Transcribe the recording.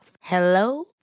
Hello